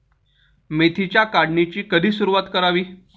मेथीच्या काढणीची कधी सुरूवात करावी?